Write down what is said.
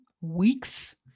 weeks